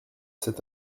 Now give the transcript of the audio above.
cet